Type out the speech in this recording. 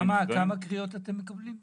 כמה קריאות אתם מקבלים?